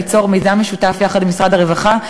ליצור מיזם משותף יחד עם משרד הרווחה,